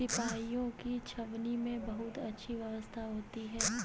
सिपाहियों की छावनी में बहुत अच्छी व्यवस्था होती है